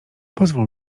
pozwól